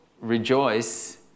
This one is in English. Rejoice